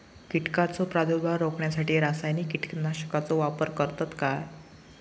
कीटकांचो प्रादुर्भाव रोखण्यासाठी रासायनिक कीटकनाशकाचो वापर करतत काय?